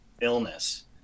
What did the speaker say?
illness